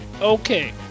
okay